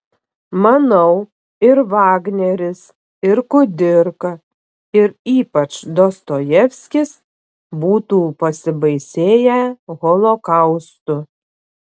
manau ir vagneris ir kudirka ir ypač dostojevskis būtų pasibaisėję holokaustu